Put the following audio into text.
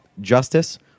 justice